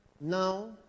Now